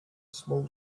small